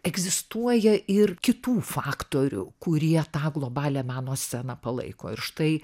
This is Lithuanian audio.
egzistuoja ir kitų faktorių kurie tą globalią meno sceną palaiko ir štai